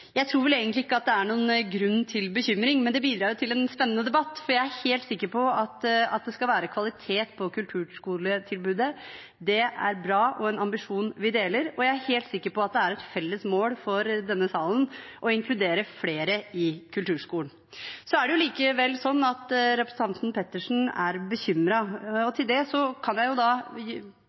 Jeg tror vel egentlig ikke at det er noen grunn til bekymring, men det bidrar til en spennende debatt, for jeg er helt sikker på at det skal være kvalitet på kulturskoletilbudet. Det er bra og en ambisjon vi deler, og jeg er helt sikker på at det er et felles mål for denne salen å inkludere flere i kulturskolen. Det er likevel sånn at representanten Pettersen er bekymret, og til det kan jeg